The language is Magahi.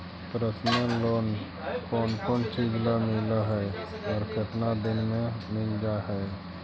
पर्सनल लोन कोन कोन चिज ल मिल है और केतना दिन में मिल जा है?